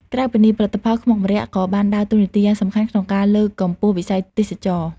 ក្រៅពីនេះ ផលិតផលខ្មុកម្រ័ក្សណ៍ក៏បានដើរតួនាទីយ៉ាងសំខាន់ក្នុង ការលើកកម្ពស់វិស័យទេសចរណ៍។